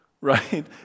Right